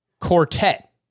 quartet